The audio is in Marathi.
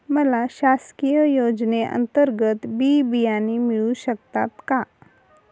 मला शासकीय योजने अंतर्गत बी बियाणे मिळू शकतात का?